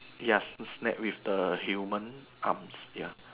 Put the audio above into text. ya snake with the human arms ya